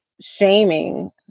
shaming